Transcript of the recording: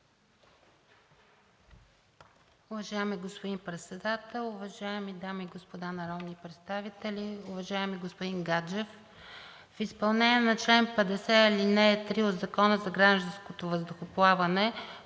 Уважаеми господин Председател, уважаеми дами и господа народни представители! Уважаеми господин Гаджев, в изпълнение на чл. 50, ал. 3 от Закона за гражданското въздухоплаване